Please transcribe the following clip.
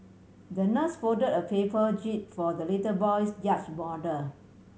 the nurse fold a paper jib for the little boy's yacht model